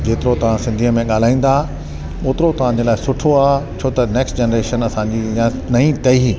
जेतिरो तव्हां सिंधीअ में ॻाल्हाईंदा ओतिरो तव्हांजे लाइ सुठो आहे छो त नेक्स्ट जनरेशन असांजी ईअं नई टहीं